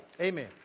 amen